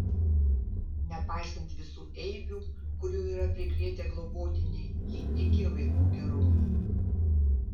nepaisant visų eibių kurių yra prikrėtę globotiniai ji tiki vaikų gerumu